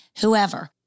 whoever